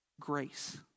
grace